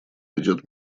идет